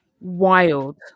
Wild